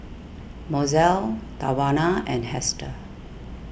Mozell Tawanna and Hester